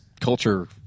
culture